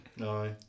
Aye